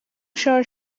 sure